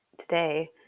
today